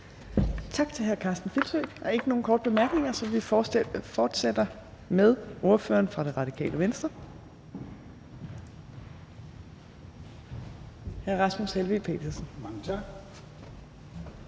Tak til hr. Karsten Filsø. Der er ikke nogen korte bemærkninger, så vi fortsætter med ordføreren for Radikale Venstre,